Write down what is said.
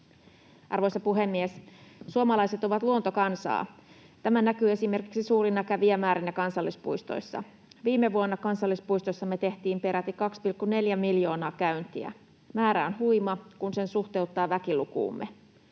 Arvoisa puhemies! Suomalaiset ovat luontokansaa. Tämä näkyy esimerkiksi suurina kävijämäärinä kansallispuistoissa. Viime vuonna kansallispuistoissamme tehtiin peräti 2,4 miljoonaa käyntiä. Määrä on huima, kun sen suhteuttaa väkilukuumme.